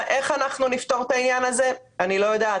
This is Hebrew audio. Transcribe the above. איך אנחנו נפתור את העניין הזה, אני לא יודעת.